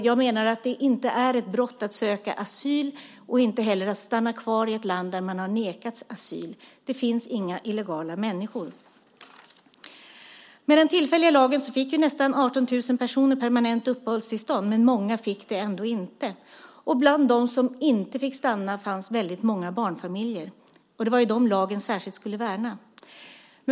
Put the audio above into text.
Jag menar att det inte är ett brott att söka asyl och inte heller att stanna kvar i ett land där man har nekats asyl. Det finns inga illegala människor. Med den tillfälliga lagen fick nästan 18 000 personer permanent uppehållstillstånd, men många fick det ändå inte. Bland dem som inte fick stanna fanns många barnfamiljer. Det var dem lagen särskilt skulle värna.